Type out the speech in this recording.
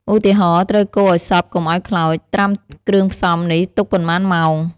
ឧទាហរណ៍ ត្រូវកូរឱ្យសព្វកុំឱ្យខ្លោច ត្រាំគ្រឿងផ្សំនេះទុកប៉ុន្មានម៉ោង"។